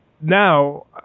Now